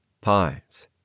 pines